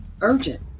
urgent